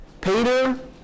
Peter